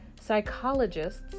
Psychologists